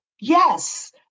yes